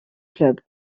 club